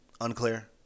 unclear